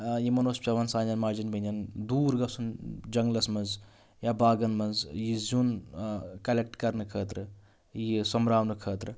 یِمَن اوس پٮ۪وان سانٮ۪ن ماجَن بیٚنٮ۪ن دوٗر گژھُن جنٛگلَس منٛز یا باغَن منٛز یہِ زیُن کَلٮ۪کٹ کَرنہٕ خٲطرٕ یہِ سۄنٛمبراونہٕ خٲطرٕ